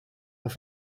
haar